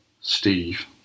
Steve